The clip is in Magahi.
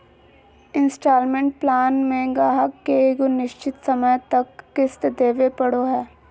इन्सटॉलमेंट प्लान मे गाहक के एगो निश्चित समय तक किश्त देवे पड़ो हय